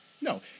No